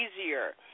easier